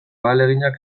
ahaleginak